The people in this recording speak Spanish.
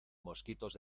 mosquitos